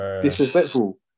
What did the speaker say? disrespectful